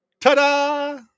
Ta-da